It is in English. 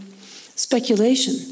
speculation